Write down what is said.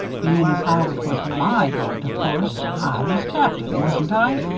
bein' as how it was my boat, of course i was captain, wasn't i?